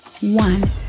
one